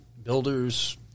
Builders